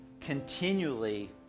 continually